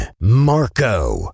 marco